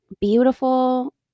beautiful